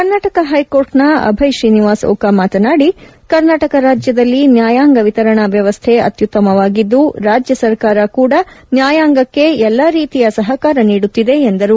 ಕರ್ನಾಟಕ ಹೈಕೋರ್ಟ್ನ ಅಭಯ್ ಶ್ರೀನಿವಾಸ್ ಓಕಾ ಮಾತನಾಡಿ ಕರ್ನಾಟಕ ರಾಜ್ಯದಲ್ಲಿ ನ್ನಾಯಾಂಗ ವಿತರಣಾ ವ್ಯವಸ್ಥೆ ಅತ್ಸುತ್ತಮವಾಗಿದ್ದು ರಾಜ್ಯ ಸರ್ಕಾರ ಕೂಡ ನ್ನಾಯಾಂಗಕ್ಕೆ ಎಲ್ಲಾ ರೀತಿಯ ಸಹಕಾರ ನೀಡುತ್ತಿದೆ ಎಂದರು